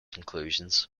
conclusions